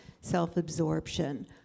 self-absorption